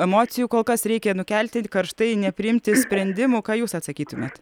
emocijų kol kas reikia nukelti karštai nepriimti sprendimų ką jūs atsakytumėt